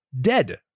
dead